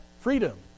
freedom